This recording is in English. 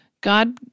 God